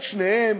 את שניהם,